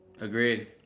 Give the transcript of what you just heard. Agreed